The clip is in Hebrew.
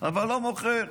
אבל לא מוכר.